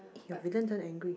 turned angry